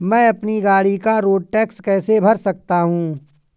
मैं अपनी गाड़ी का रोड टैक्स कैसे भर सकता हूँ?